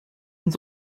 ins